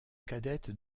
cadette